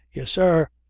yes, sir.